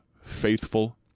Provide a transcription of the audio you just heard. faithful